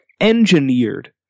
engineered